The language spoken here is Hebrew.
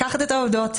לקחת את העובדות,